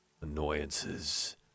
Annoyances